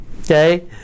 Okay